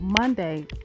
Monday